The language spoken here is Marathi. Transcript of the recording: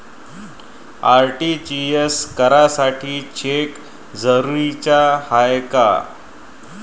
आर.टी.जी.एस करासाठी चेक जरुरीचा हाय काय?